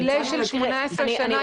יש לציין שבדיליי של 18 שנה.